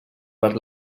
per